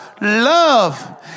love